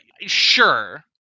Sure